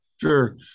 Sure